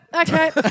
Okay